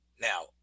Now